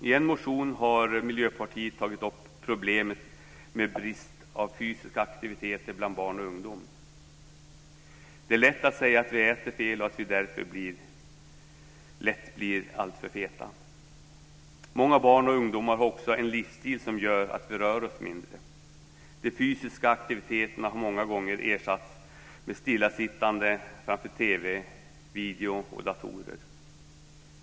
I en motion har Miljöpartiet tagit upp problemet med bristen på fysiska aktiviteter bland barn och ungdom. Det är lätt att säga att vi äter fel och att vi därför lätt blir alltför feta. Många barn och ungdomar har också en livsstil som gör att de rör sig mindre. De fysiska aktiviteterna har många gånger ersatts med stillasittande framför TV, video och datorer.